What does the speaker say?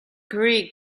grieg